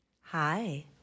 Hi